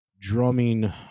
drumming